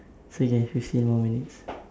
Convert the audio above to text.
it's okay fifteen more minutes